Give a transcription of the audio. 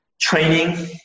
training